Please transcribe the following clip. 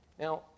Now